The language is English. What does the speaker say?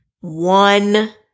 one